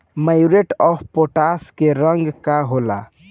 Muriate of potash के रंग का होला?